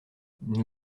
nous